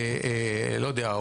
לא יודע,